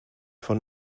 von